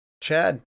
chad